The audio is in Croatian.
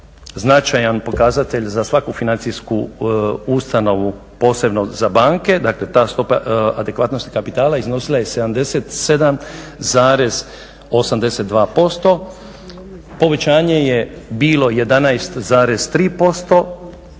značajan pokazatelj za svaku financijsku ustanovu, posebno za banke, dakle ta stopa adekvatnosti kapitala iznosila je 77,82%, povećanje je bilo 11,3%